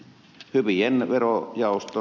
hyvien veron jaosto